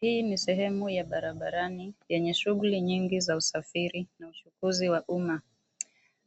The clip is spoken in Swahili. hii ni sehemu ya barabarani yenye shughulu nyingi za usafiri na uchukuzi wa umma.